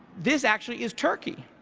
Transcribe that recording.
this actually is turkey.